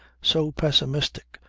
so pessimistic,